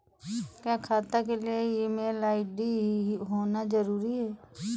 क्या खाता के लिए ईमेल आई.डी होना जरूरी है?